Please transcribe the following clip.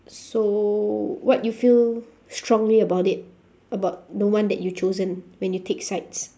so what you feel strongly about it about the one that you chosen when you take sides